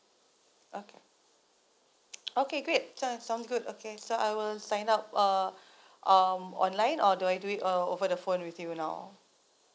okay okay great this one sounds good okay so I will sign up uh um online or do I do it uh over the phone with you now